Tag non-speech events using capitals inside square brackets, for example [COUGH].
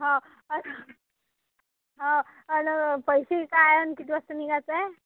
हा [UNINTELLIGIBLE] हा आणि पैसे काय आणि किती वाजता निघायचं आहे